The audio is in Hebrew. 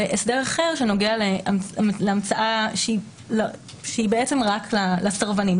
והסדר אחר שנוגע להמצאה שהיא בעצם רק לסרבנים,